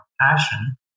passion